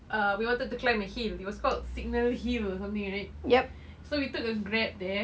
ah we wanted to climb a hill it was called signal hill something like that so we took a Grab there